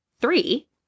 three